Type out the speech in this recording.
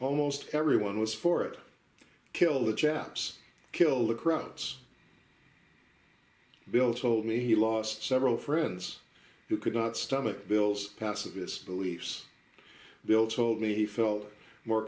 almost everyone was for it kill the japs kill the krauts bill told me he lost several friends who could not stomach bill's pacifist beliefs bill told me he felt more